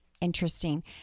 Interesting